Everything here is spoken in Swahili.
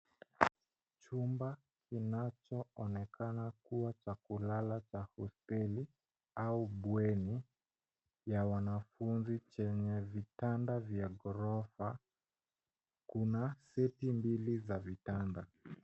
Chumba kinachoonekana kua cha kulala cha hosteli au bweni ya wanafunzi chenye vitanda vya ghorofa. Kuna seti mbili za vitanda.